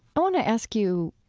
i want to ask you,